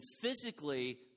physically